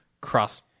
cross